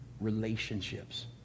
relationships